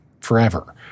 forever